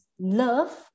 love